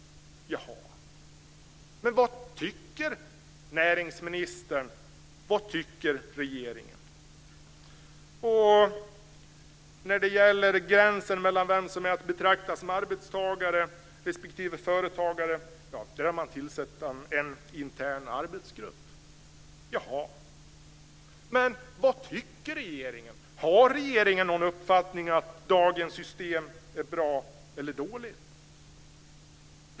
Jaha. Men vad tycker näringsministern och vad tycker regeringen? När det gäller gränsen mellan vem som är att betraktas som arbetstagare respektive företagare har man tillsatt en intern arbetsgrupp. Jaha. Men vad tycker regeringen? Har regeringen någon uppfattning om dagens system? Är det bra eller dåligt?